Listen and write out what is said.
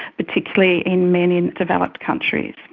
particularly in men in developed countries.